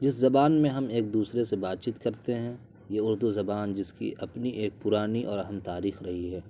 اس زبان میں ہم ایک دوسرے سے بات چیت کرتے ہیں یہ اردو زبان جس کی اپنی ایک پرانی اور اہم تاریخ رہی ہے